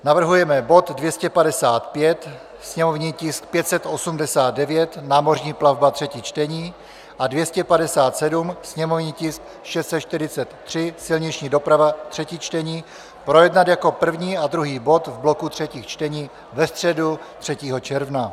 Navrhujeme bod 255, sněmovní tisk 586, námořní plavba, třetí čtení, a 257, sněmovní tisk 643, silniční doprava, třetí čtení, projednat jako první a druhý bod v bloku třetích čtení ve středu 3. června;